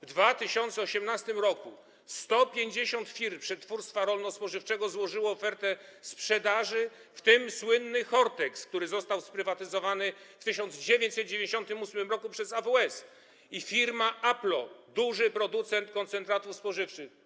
W 2018 r. 150 firm przetwórstwa rolno-spożywczego złożyło ofertę sprzedaży, w tym słynny Hortex, który został sprywatyzowany w 1998 r. przez AWS, i firma Appol, duży producent koncentratów spożywczych.